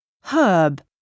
Herb